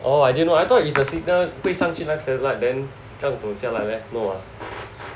orh I didn't know I thought is the signal 会上去那些 light then 这样走下来 meh then no ah